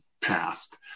passed